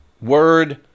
word